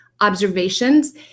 observations